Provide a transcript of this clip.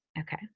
Okay